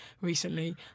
recently